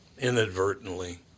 Inadvertently